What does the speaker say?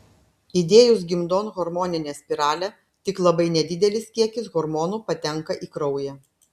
įdėjus gimdon hormoninę spiralę tik labai nedidelis kiekis hormonų patenka į kraują